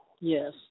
Yes